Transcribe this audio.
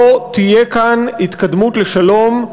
וטעות שנייה, שיש חלופה להתקדמות לשלום,